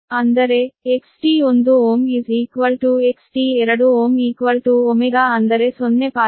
ಅಂದರೆ XT1 Ω XT2 Ω Ω ಅಂದರೆ 0